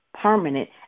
permanent